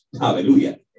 Hallelujah